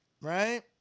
right